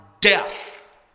death